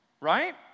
right